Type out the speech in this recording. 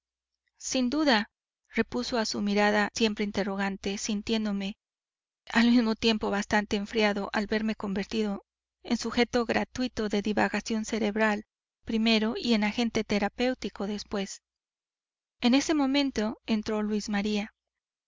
sin duda repuso a su mirada siempre interrogante sintiéndome al mismo tiempo bastante enfriado al verme convertido en sujeto gratuito de divagación cerebral primero y en agente terapéutico después en ese momento entró luis maría